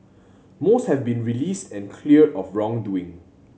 most have been released and cleared of wrongdoing